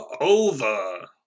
over